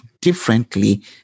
differently